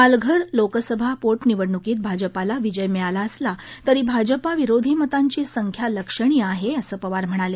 पालघर लोकसभा पोमिवडणूकीत भाजपाला विजय मिळाला असला तरी भाजपाविरोधी मतांची संख्या लक्षणीय आहे असं पवार म्हणाले